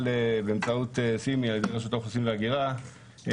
באמצעות CIMI של רשות האוכלוסין וההגירה,